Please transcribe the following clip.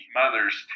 mothers